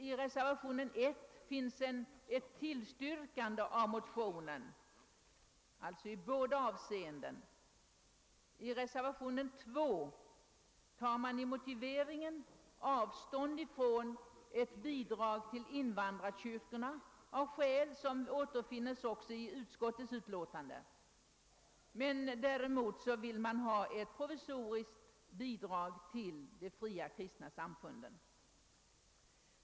I reservationen 1 tillstyrks motionen beträffande båda dessa yrkanden. I reservationen 2 tar man i motiveringen avstånd från ett bidrag till invandrarkyrkorna av skäl som anges även i utskottets utlåtande. Däremot yrkas i reservationen 2 att ett provisoriskt bidrag skall utgå till de fria kristna samfunden.